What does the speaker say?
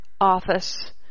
office